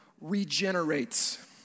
regenerates